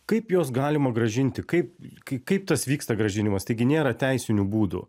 kaip juos galima grąžinti kaip kai kaip tas vyksta grąžinimas taigi nėra teisinių būdų